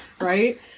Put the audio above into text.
Right